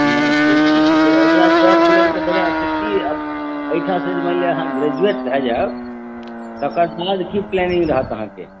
नहि नहि ठीक छै ठीक छै अगिला जॉबके मतलब कि एहिठामसँ जे अहाँ ग्रेजुएट भऽ जायब तकर बाद की प्लानिंग रहत अहाँके